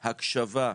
הקשבה,